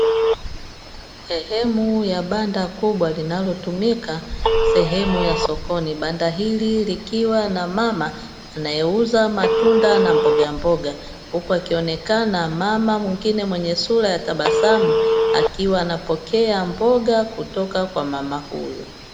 Sehemu ya banda kubwa linalotumika sehemu ya sokoni banda hili likiwa na mama anayeuza matunda na mbogamboga, huku akionekana mama mwingine mwenye sura ya tabasamu akiwa anapokea mboga kutoka kwa mama huyo.